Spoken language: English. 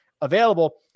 available